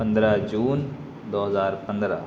پندرہ جون دو ہزار پندرہ